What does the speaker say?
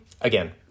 again